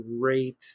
great